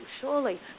surely